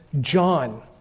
John